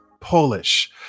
polish